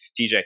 tj